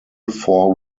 four